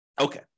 Okay